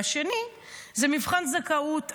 והשני זה מבחן זכאות,